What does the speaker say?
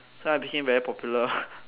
that's why I became very popular